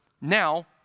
now